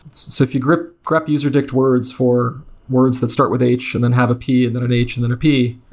so if you grabbed grabbed usr dict words for words that start with h and then have a p and then an h and then a p,